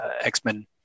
X-Men